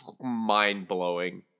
mind-blowing